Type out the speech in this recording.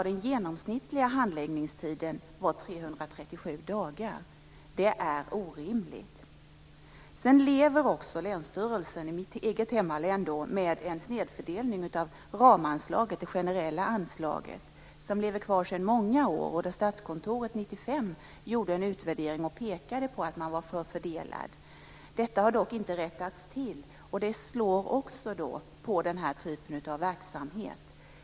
Den genomsnittliga handläggningstiden var 337 dagar. Det är orimligt. Länsstyrelsen i mitt eget hemlän lever med en snedfördelning av ramanslaget, det generella anslaget, som lever kvar sedan många år. Statskontoret gjorde 1995 en utvärdering och pekade på att man var förfördelad. Detta har dock inte rättats till, och det slår också på den här typen av verksamhet.